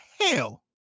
hell